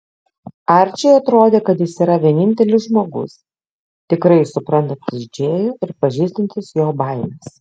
arčiui atrodė kad jis yra vienintelis žmogus tikrai suprantantis džėjų ir pažįstantis jo baimes